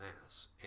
Mass